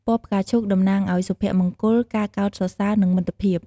ពណ៌ផ្កាឈូក តំណាងឲ្យ សុភមង្គល ការកោតសរសើរ និង មិត្តភាព។